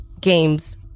games